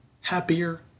happier